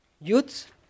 youths